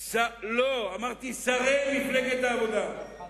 לא, אמרתי: שרי מפלגת העבודה.